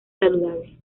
saludable